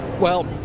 well,